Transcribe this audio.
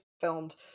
filmed